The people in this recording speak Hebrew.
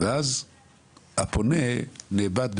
ואז הפונה נאבד.